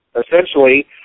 essentially